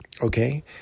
Okay